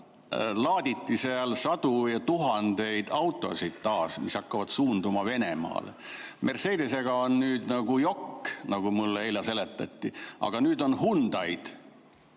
laaditi seal taas sadu ja tuhandeid autosid, mis hakkavad suunduma Venemaale. Mercedestega on nüüd jokk, nagu mulle seletati, aga nüüd on Hyundaid.